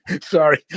Sorry